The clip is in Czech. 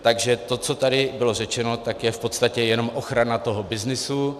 Takže to, co tady bylo řečeno, je v podstatě jenom ochrana byznysu.